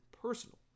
personal